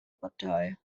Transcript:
partei